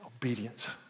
Obedience